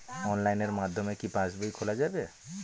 অনলাইনের মাধ্যমে কি পাসবই খোলা যাবে?